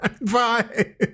Bye